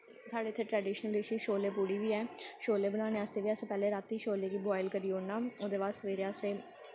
साढ़ै इत्थै traditional dishes chole puri बी हैन शोल्ले बनाने आस्तै बी असें पैह्लें रातीं लैव्वें गी बोआएल करी ओड़ना ओह्दे बाद सवेरे असें